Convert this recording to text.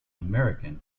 american